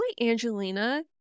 Angelina